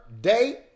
day